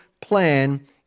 plan